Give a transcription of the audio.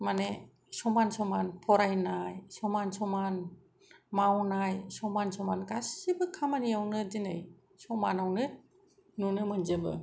माने समान समान फरायनाय समान समान मावनाय समान समान गासिबो खामानियावनो दिनै समानावनो नुनो मोनजोबो